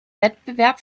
wettbewerb